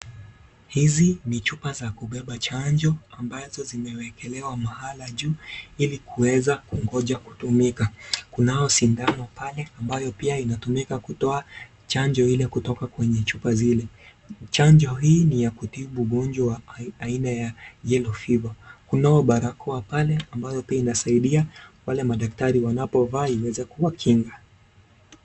Hizi ni chupa za kubeba chanjo ambazo zimewekelewa mahala juu ili kuweza kungoja kutumika. Kunao sindano pale ambayo pale inatumika kutoa chanjo ile kutoka kwenye chupa zile. Chanjo hii ni ya kutibu ugonjwa wa aina ya yellow fever . Kunao barakoa pale ambayo inasaidia wale daktari wanapovaa iweze kuwakinga.